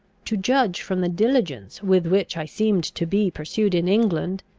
to judge from the diligence with which i seemed to be pursued in england,